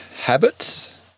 habits